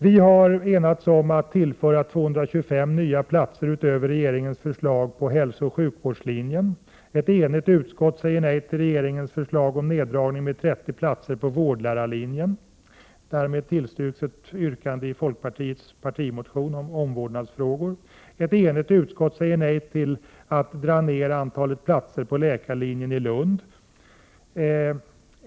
Vi har enats om att utöver regeringens förslag tillföra 225 nya platser på hälsooch sjukvårdslinjen.